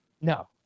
no